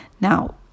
Now